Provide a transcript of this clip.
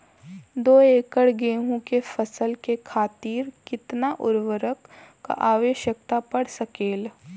दो एकड़ गेहूँ के फसल के खातीर कितना उर्वरक क आवश्यकता पड़ सकेल?